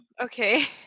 okay